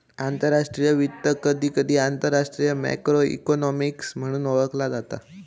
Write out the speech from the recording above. आंतरराष्ट्रीय वित्त, कधीकधी आंतरराष्ट्रीय मॅक्रो इकॉनॉमिक्स म्हणून ओळखला जाता